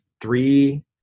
three